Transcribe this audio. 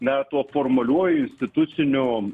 na tuo formaliuoju instituciniu